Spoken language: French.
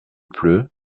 pleu